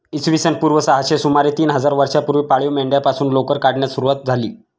इसवी सन पूर्व सहाशे सुमारे तीन हजार वर्षांपूर्वी पाळीव मेंढ्यांपासून लोकर काढण्यास सुरवात झाली